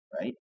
right